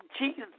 Jesus